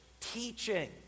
teaching